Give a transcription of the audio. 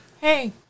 Hey